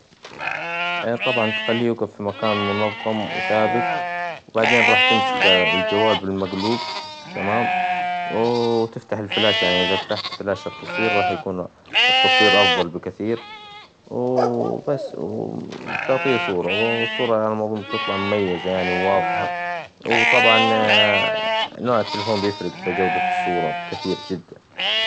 طبعاً تخليه يقف فى المكان منظم وثابت وبعدين راح تمسك الجوال بالمقلوب تمام ، وراح تفتح الفلاش يعنى إذا فتحت الفلاش التصوير راح يكون التصوير أفظل بكثير ، وبس بتعطية صورة والصورة على ما أظن بتطلع مميزة يعنى وواظحة ، وطبعاً نوع التلفون بيفرق فى جودة الصورة كثير جداً.